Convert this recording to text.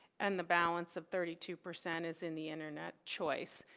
and the balance of thirty two percent is in the internet choice.